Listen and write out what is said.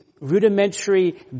rudimentary